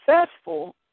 successful